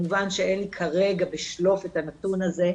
כמובן שאין לי כרגע בשלוף את הנתון הזה,